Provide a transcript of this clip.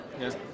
Yes